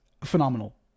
phenomenal